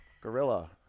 Gorilla